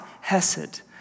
hesed